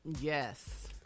Yes